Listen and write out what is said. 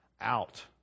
out